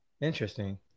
interesting